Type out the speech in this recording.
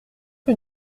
que